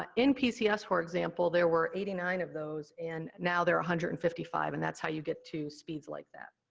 ah in pcs, for example, there were eighty nine of those, and now there are one hundred and fifty five, and that's how you get to speeds like that.